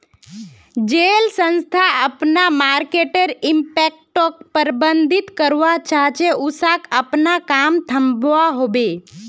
जेल संस्था अपना मर्केटर इम्पैक्टोक प्रबधित करवा चाह्चे उसाक अपना काम थम्वा होबे